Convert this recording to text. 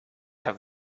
have